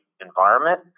environment